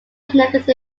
negative